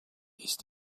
ist